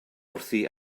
wrthi